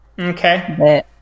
Okay